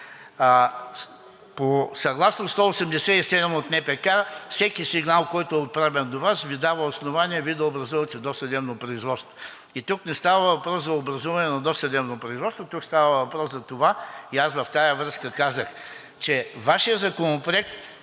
Съгласно чл. 187 от НПК всеки сигнал, който е отправен до Вас, Ви дава основание Вие да образувате досъдебно производство. И тук не става въпрос за образуване на досъдебно производство, тук става въпрос за това и в тази връзка казах, че Вашият Законопроект,